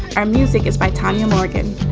our music is by tanya morgan.